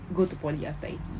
go to poly after I_T_E